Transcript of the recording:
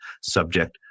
subject